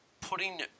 putting